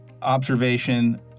observation